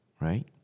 right